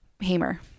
Hammer